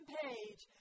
page